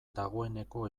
dagoeneko